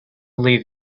leave